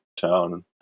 town